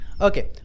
Okay